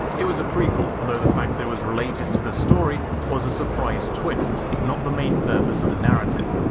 it was a prequel, though the fact that it was related to the story was a surprise twist, not the main purpose of the narrative.